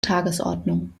tagesordnung